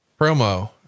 promo